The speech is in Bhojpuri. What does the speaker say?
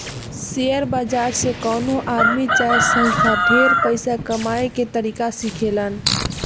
शेयर बाजार से कवनो आदमी चाहे संस्था ढेर पइसा कमाए के तरीका सिखेलन